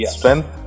Strength